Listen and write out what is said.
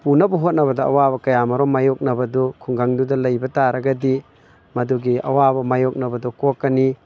ꯄꯨꯅꯕ ꯍꯣꯠꯅꯕꯗ ꯑꯋꯥꯕ ꯀꯌꯥ ꯃꯔꯨꯝ ꯃꯥꯏꯌꯣꯛꯅꯕꯗꯨ ꯈꯨꯡꯒꯪꯗꯨꯗ ꯂꯩꯕ ꯇꯥꯔꯒꯗꯤ ꯃꯗꯨꯒꯤ ꯑꯋꯥꯕ ꯃꯥꯏꯌꯣꯛꯅꯕꯗꯨ ꯀꯣꯛꯀꯅꯤ